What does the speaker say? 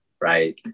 right